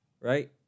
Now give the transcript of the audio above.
right